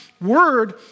word